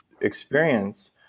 experience